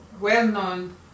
well-known